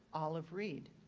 olive reid.